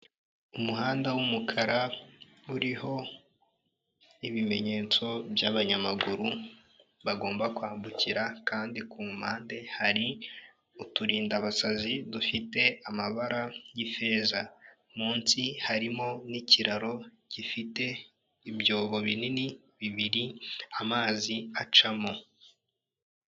Umuhanda w'umukara uriho ibimenyetso by'abanyamaguru bagomba kwambukira kandi ku mpande hari uturindadanbasazi dufite amabara y'ifeza, munsi harimo n'ikiraro gifite ibyobo binini bibiri amazi acamo.